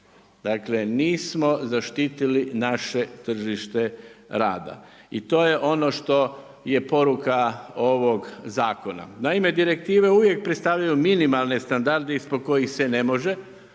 Dakle, nismo zaštitili naše tržište rada i to je ono što je poruka ovog zakona. Naime, direktive uvijek predstavljaju minimalne standarde ispod kojih se ne može,